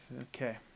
Okay